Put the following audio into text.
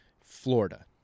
Florida